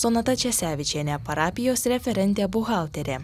sonata česevičienė parapijos referentė buhalterė